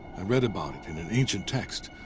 i read about it in an ancient text.